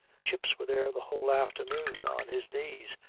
chips was there the whole afternoon on his knees,